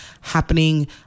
happening